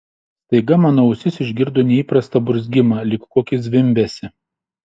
staiga mano ausis išgirdo neįprastą burzgimą lyg kokį zvimbesį